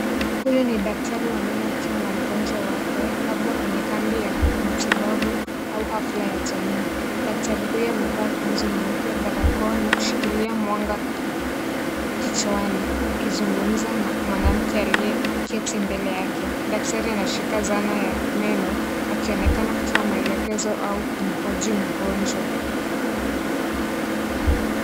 Huyu ni daktari wa meno akiwa na mgonjwa wake, labda kwenye kambi ya matibabu au hafla ya jamii. Daktari huyu amevaa kanzu nyeupe, barakoa na kushikilia mwanga kichwani, akizungumza na mwanamke aliyeketi mbele yake. Daktari anashika zana ya meno, akionekana kutoa maelekezo au kumhoji mgonjwa.